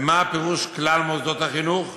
ומה פירוש "כלל מוסדות החינוך"?